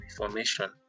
information